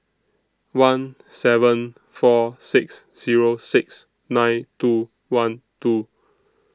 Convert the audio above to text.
one seven four six Zero six nine two one two